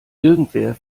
irgendwer